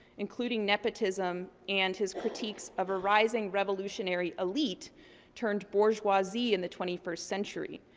including nepotism and his critiques of a rising revolutionary elite turned bourgeoisie in the twenty first century.